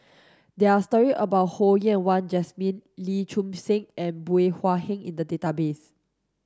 there are story about Ho Yen Wah Jesmine Lim Chin Siong and Bey Hua Heng in the database